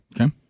Okay